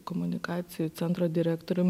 komunikacijų centro direktorium